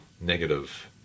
negative